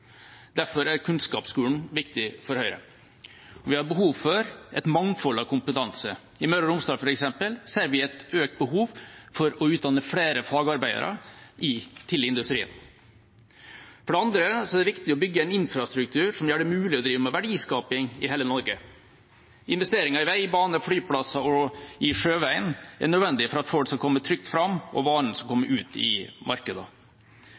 Derfor er kunnskapsskolen viktig for Høyre. Vi har behov for et mangfold av kompetanse. I Møre og Romsdal ser vi f.eks. et økt behov for å utdanne flere fagarbeidere til industrien. For det andre er det viktig å bygge en infrastruktur som gjør det mulig å drive med verdiskaping i hele Norge. Investeringer i vei, bane, flyplasser og sjøveien er nødvendig for at folk skal komme trygt fram og varene skal